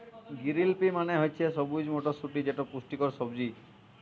গিরিল পি মালে হছে সবুজ মটরশুঁটি যেট পুষ্টিকর সবজি